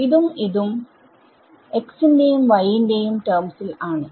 s ഉം ഉം x ന്റെയും y ന്റെയും ടെർമ്സിൽ ആണ്